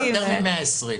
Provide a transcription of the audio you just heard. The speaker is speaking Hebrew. יותר מ-120.